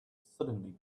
suddenly